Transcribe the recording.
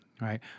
right